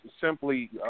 simply